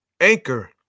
Anchor